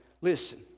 listen